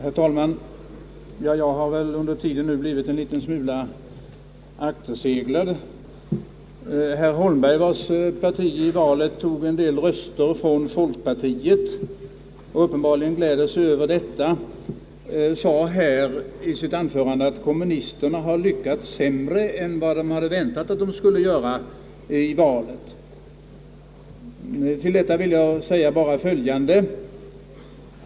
Herr talman! Jag har väl under tiden blivit en smula akterseglad. Herr Holmberg, vars parti i valet tog en del röster från folkpartiet och uppenbarligen gläder sig över detta, sade i sitt anförande att kommunisterna har lyckats sämre i valet än vad de hade väntat sig. Till detta vill jag bara säga följande.